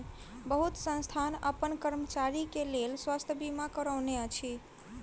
बहुत संस्थान अपन कर्मचारी के लेल स्वास्थ बीमा करौने अछि